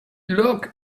look